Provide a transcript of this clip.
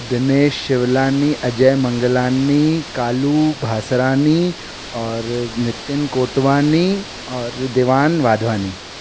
दिनेश शिवलानी अजय मंगलानी कालू भासरानी और नितीन कोटवानी और दिवान वाधवानी